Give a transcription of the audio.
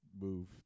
move